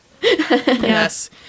Yes